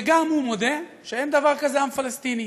וגם הוא מודה שאין דבר כזה עם פלסטיני.